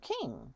king